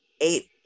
eight